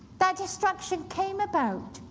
that destruction came about,